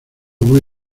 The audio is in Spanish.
muy